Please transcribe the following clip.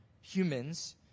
humans